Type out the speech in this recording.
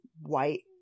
white